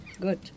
good